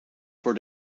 voor